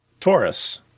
Taurus